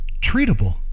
Treatable